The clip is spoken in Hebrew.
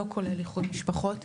לא כולל איחוד משפחות,